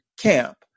Camp